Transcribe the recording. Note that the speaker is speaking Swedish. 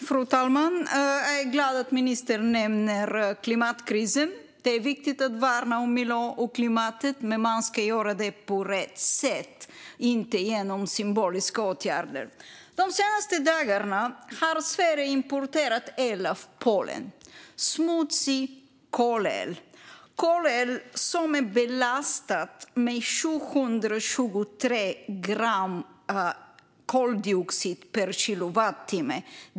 Fru talman! Jag är glad att ministern nämner klimatkrisen. Det är viktigt att värna om miljön och klimatet. Men man ska göra det på rätt sätt och inte genom symboliska åtgärder. De senaste dagarna har Sverige importerat el från Polen. Det är smutsig kolel som är belastad med 723 gram koldioxid per kilowattimme.